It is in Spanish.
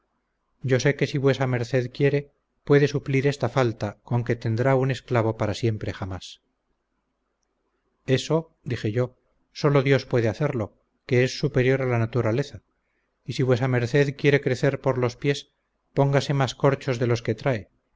yo sé que si vuesa merced quiere puede suplir esta falta con que tendrá un esclavo para siempre jamás eso dije yo solo dios puede hacerlo que es superior a la naturaleza y si vuesa merced quiere crecer por los pies póngase más corchos de los que trae